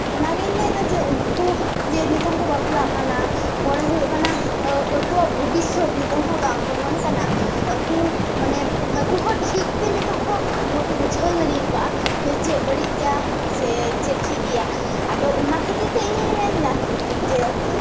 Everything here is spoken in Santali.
ᱚᱱᱟᱜᱤᱧ ᱞᱟᱹᱭᱫᱟ ᱡᱮ ᱩᱱᱠᱩ ᱡᱮ ᱱᱤᱛᱚᱝ ᱠᱚ ᱵᱟᱯᱞᱟᱜ ᱠᱟᱱᱟ ᱯᱚᱨᱮ ᱦᱩᱭᱩᱜ ᱠᱟᱱᱟ ᱟᱠᱚᱣᱟᱜ ᱵᱷᱚᱵᱤᱥᱥᱚᱛ ᱱᱤᱛᱚᱝ ᱦᱚᱸ ᱵᱟᱝ ᱵᱚᱞᱚᱱ ᱠᱟᱱᱟ ᱟᱠᱚ ᱢᱟᱱᱮ ᱟᱠᱚ ᱦᱚᱸ ᱴᱷᱤᱠ ᱛᱮ ᱱᱤᱛᱚᱝ ᱦᱚᱸ ᱵᱟᱠᱚ ᱵᱩᱡᱷᱟᱹᱣ ᱫᱟᱲᱮᱭ ᱠᱟᱜᱼᱟ ᱪᱮᱫ ᱵᱟᱹᱲᱤᱡ ᱜᱮᱭᱟ ᱥᱮ ᱪᱮᱫ ᱴᱷᱤᱠ ᱜᱮᱭᱟ ᱟᱫᱚ ᱚᱱᱟ ᱠᱷᱟᱹᱛᱤᱨ ᱛᱮ ᱤᱧᱤᱧ ᱢᱮᱱᱫᱟ ᱡᱮ